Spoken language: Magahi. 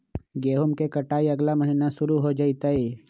गेहूं के कटाई अगला महीना शुरू हो जयतय